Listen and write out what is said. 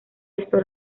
esto